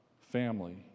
family